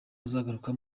azagaruka